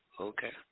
Okay